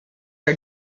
are